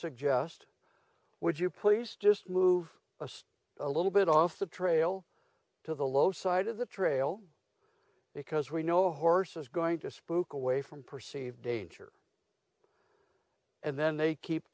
suggest would you please just move a step a little bit off the trail to the low side of the trail because we know a horse is going to spook away from perceived danger and then they keep